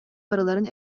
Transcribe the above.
барыларын